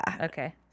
Okay